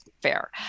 fair